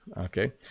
Okay